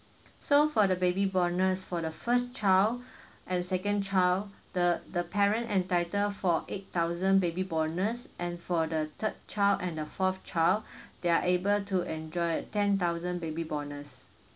so for the baby bonus for the first child and second child the the parent entitle for eight thousand baby bonus and for the third child and the fourth child they're able to enjoy a ten thousand baby bonus